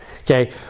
Okay